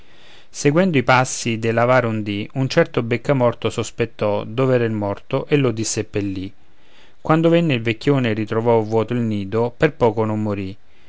seguendo i passi dell'avaro un dì un certo beccamorto sospettò dov'era il morto e lo diseppellì quando venne il vecchione e ritrovò vuoto il nido per poco non morì